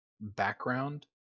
background